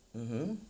mmhmm